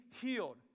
healed